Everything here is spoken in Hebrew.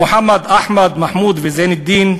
מוחמד, אחמד, מחמוד וזנידין,